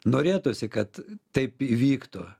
norėtųsi kad taip įvyktų